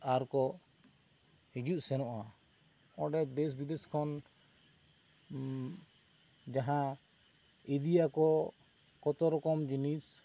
ᱟᱨ ᱠᱚ ᱦᱤᱡᱩᱜ ᱥᱮᱱᱚᱜᱼᱟ ᱚᱸᱰᱮ ᱫᱮᱥ ᱵᱤᱫᱮᱥ ᱠᱷᱚᱱ ᱡᱟᱦᱟᱸ ᱤᱫᱤᱭᱟᱠᱚ ᱠᱚᱛᱚᱨᱚᱠᱚᱢ ᱡᱤᱱᱤᱥ